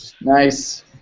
Nice